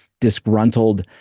disgruntled